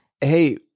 Hey